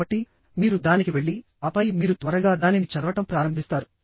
కాబట్టి మీరు దానికి వెళ్లి ఆపై మీరు త్వరగా దానిని చదవడం ప్రారంభిస్తారు